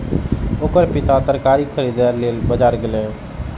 ओकर पिता तरकारी खरीदै लेल बाजार गेलैए